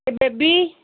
A baby